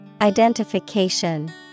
Identification